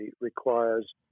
requires